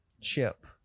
chip